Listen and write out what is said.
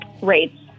rates